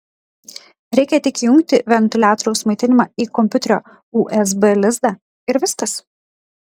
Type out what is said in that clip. reikia tik įjungti ventiliatoriaus maitinimą į kompiuterio usb lizdą ir viskas